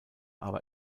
aber